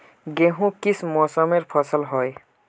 गेहूँ किस मौसमेर फसल होय?